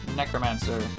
Necromancer